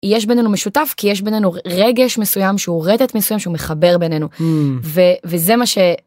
יש בינינו משותף כי יש בינינו רגש מסוים שהוא רטט מסוים שהוא מחבר בינינו וזה מה ש.